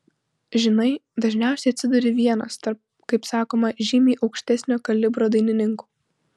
žinai dažniausiai atsiduri vienas tarp kaip sakoma žymiai aukštesnio kalibro dainininkų